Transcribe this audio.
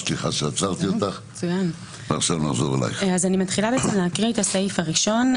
אני אקריא את הסעיף הראשון,